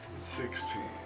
Sixteen